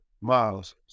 Miles